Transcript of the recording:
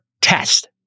test